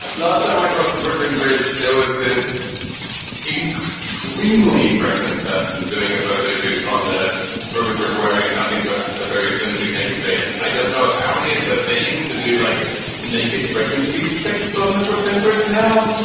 last time i crossed the brooklyn bridge. there was this extremely pregnant person doing a photo shoot on the brooklyn bridge wearing nothing but a very flimsy negligee. and i don't know, apparently it's a thing to do like naked pregnancy pics on the brooklyn bridge now